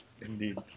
Indeed